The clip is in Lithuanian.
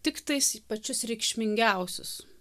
tiktais pačius reikšmingiausius